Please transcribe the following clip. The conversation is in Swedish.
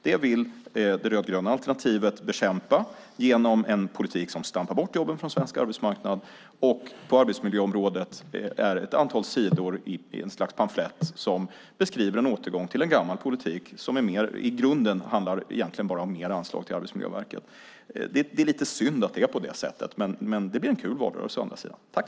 Det vill det rödgröna alternativet bekämpa genom en politik som stampar bort jobben från svensk arbetsmarknad och som på arbetsmiljöområdet består av ett antal sidor i ett slags pamflett som beskriver en återgång till en gammal politik som i grunden egentligen bara handlar om mer anslag till Arbetsmiljöverket. Det är lite synd att det är på det sättet, men det blir å andra sidan en rolig valrörelse.